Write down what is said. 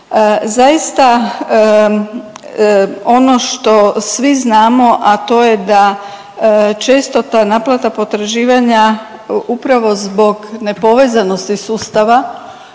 Zaista ono što svi znamo, a to je da često ta naplata potraživanja upravo zbog nepovezanosti sustava